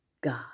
God